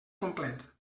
complet